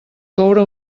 coure